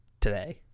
today